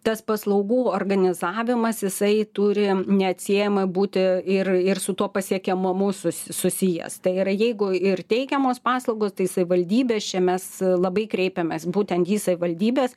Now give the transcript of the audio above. tas paslaugų organizavimas jisai turi neatsiejamai būti ir ir su tuo pasiekiamumu su susijęs tai yra jeigu ir teikiamos paslaugos tai savivaldybės čia mes labai kreipiamės būtent į savivaldybes